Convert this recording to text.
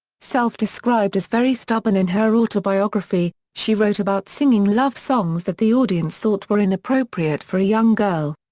self-described as very stubborn in her autobiography, she wrote about singing love songs that the audience thought were inappropriate for a young girl.